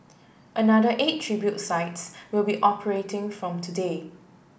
another eight tribute sites will be operating from today